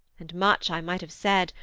and much i might have said,